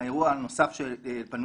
האירוע הנוסף שפנו